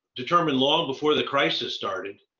determined long before the crisis started,